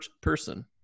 person